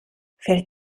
fällt